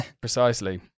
Precisely